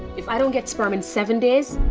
if i don't get sperm in seven days,